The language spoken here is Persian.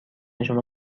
شما